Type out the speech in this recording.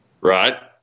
Right